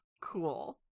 Cool